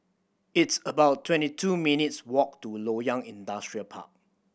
it's about twenty two minutes' walk to Loyang Industrial Park